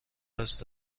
دست